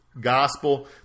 gospel